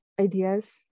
ideas